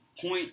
point